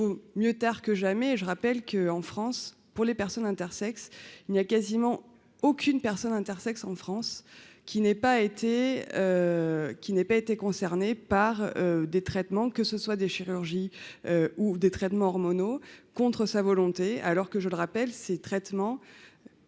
mieux tard que jamais, et je rappelle que, en France, pour les personnes intersexes il n'y a quasiment aucune personnes intersexes en France, qui n'ait pas été qui n'ait pas été concerné par des traitements, que ce soit des chirurgies ou des traitements hormonaux contre sa volonté, alors que je le rappelle, ces traitements,